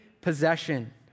possession